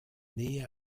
nähe